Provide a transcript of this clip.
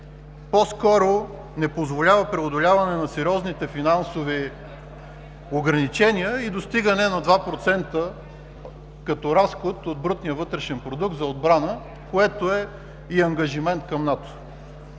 по-скоро не позволява преодоляване на сериозните финансови ограничения и достигане на 2% като разход от брутния вътрешен продукт за отбрана, което е и ангажимент към НАТО.